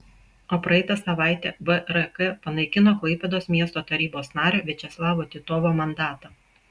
o praeitą savaitę vrk panaikino klaipėdos miesto tarybos nario viačeslavo titovo mandatą